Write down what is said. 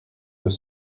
deux